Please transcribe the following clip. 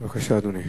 בבקשה, אדוני.